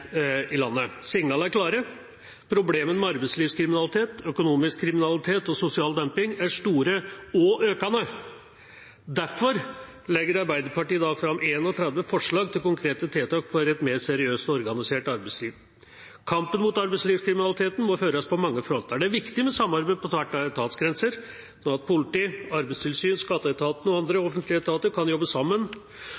i landet. Signalene er klare: Problemet med arbeidslivskriminalitet, økonomisk kriminalitet og sosial dumping er store og økende. Derfor legger Arbeiderpartiet i dag fram 30 forslag til konkrete tiltak for et mer seriøst og organisert arbeidsliv. Kampen mot arbeidslivskriminaliteten må føres på mange fronter. Det er viktig med samarbeid på tvers av etatsgrenser, sånn at politi, arbeidstilsyn, skatteetat og andre